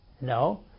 no